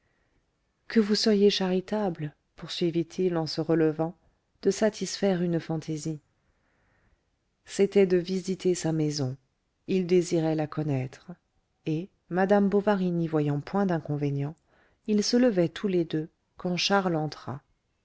que vous seriez charitable poursuivit-il en se relevant de satisfaire une fantaisie c'était de visiter sa maison il désirait la connaître et madame bovary n'y voyant point d'inconvénient ils se levaient tous les deux quand charles entra